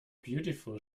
beautiful